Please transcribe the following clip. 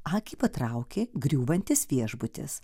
akį patraukė griūvantis viešbutis